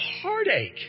heartache